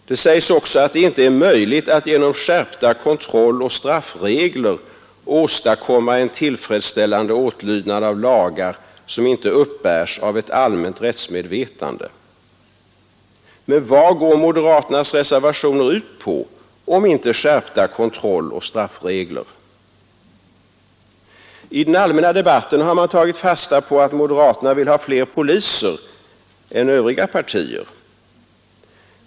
Det sägs också att det inte är möjligt att ”genom skärpta kontrolloch straffregler åstadkomma en tillfredsställande åtlydnad av lagar som inte uppbärs av ett allmänt rättsmedvetande”. Men vad går moderaternas reservationer ut på, om inte skärpta kontrolloch straffregler? I den allmänna debatten har man tagit fasta på att moderaterna vill ha fler poliser än övriga partier.